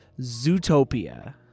Zootopia